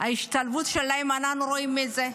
ההשתלבות שלהם, אנחנו רואים אותה.